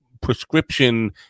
prescription